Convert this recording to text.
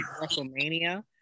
WrestleMania